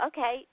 Okay